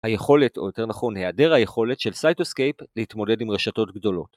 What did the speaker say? היכולת, או יותר נכון, היעדר היכולת של Cytoscape להתמודד עם רשתות גדולות.